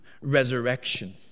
resurrection